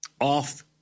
off